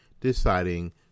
deciding